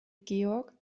georg